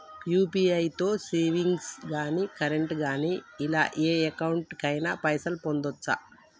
UPI తో savings గాని current గాని ఇలా ఏ అకౌంట్ కైనా పైసల్ పంపొచ్చా?